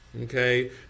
okay